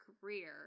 career